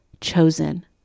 chosen